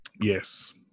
Yes